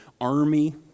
army